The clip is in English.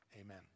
amen